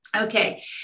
Okay